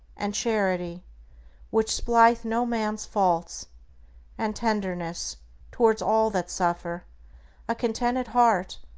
and charity which spieth no man's faults and tenderness towards all that suffer a contented heart,